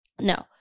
No